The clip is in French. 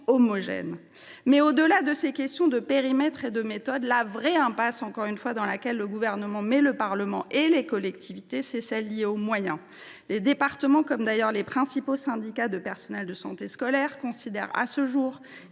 homogène. Toutefois, au delà de ces questions de périmètre et de méthode, la véritable impasse dans laquelle le Gouvernement met le Parlement et les collectivités est liée aux moyens. Les départements, comme d’ailleurs les principaux syndicats de personnel de santé scolaire, considèrent que les